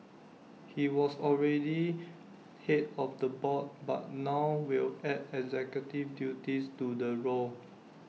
he was already Head of the board but now will add executive duties to the role